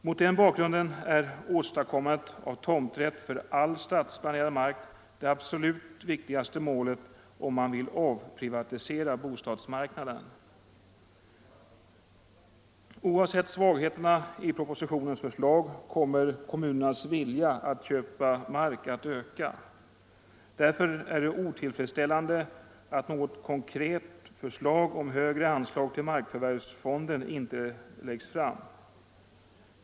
Mot den bakgrunden är åstadkommandet av tomträtt för all stadsplanerad mark det absolut viktigaste målet, om man vill avprivatisera bostadsmarken. Oavsett svagheterna i propositionens förslag kommer kommunernas vilja att köpa mark att öka. Därför är det otillfredsställande att något konkret förslag om högre anslag till markförvärvsfonden inte läggs fram.